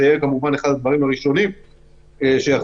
זה יהיה אחד הדברים הראשונים שיחזרו,